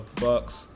Bucks